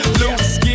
loose